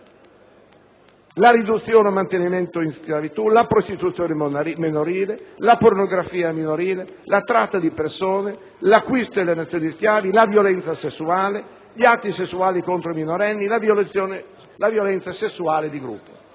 riduzione o mantenimento in schiavitù; prostituzione minorile; pornografia minorile; tratta di persone; acquisto e alienazione di schiavi; violenza sessuale; atti sessuali con minorenni; violenza sessuale di gruppo.